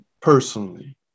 Personally